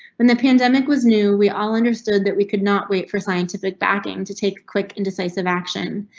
when the pandemic was new, we all understood that we could not wait for scientific backing to take quick and decisive action.